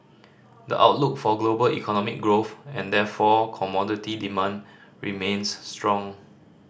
the outlook for global economic growth and therefore commodity demand remains strong